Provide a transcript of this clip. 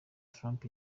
trump